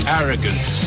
arrogance